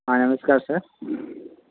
हाँ नमस्कार सर